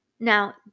Now